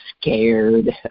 scared